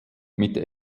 mit